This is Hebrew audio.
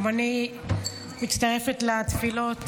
גם אני מצטרפת לתפילות